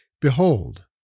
Behold